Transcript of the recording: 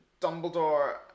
Dumbledore